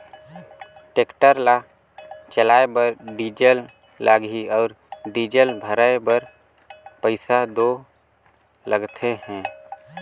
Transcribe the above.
tractor ल चलाए बर डीजल लगही अउ डीजल भराए बर पइसा दो लगते अहे